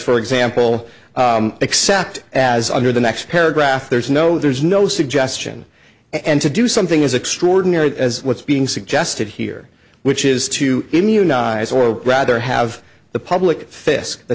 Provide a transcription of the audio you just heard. for example except as under the next paragraph there's no there's no suggestion and to do something as extraordinary as what's being suggested here which is to immunize or rather have the public fisc the